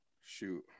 shoot